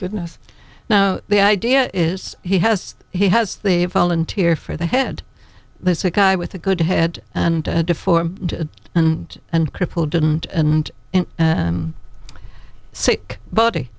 goodness now the idea is he has he has the volunteer for the head there's a guy with a good head and a deformed and and crippled didn't and sick b